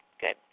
good